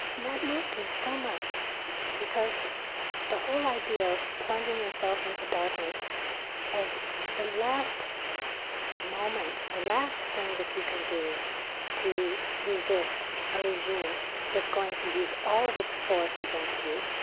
that moved me so much because the whole idea of plunging yourself into darkness as the last moment, the last thing that you can do to resist a regime that's going to use all of its force against you.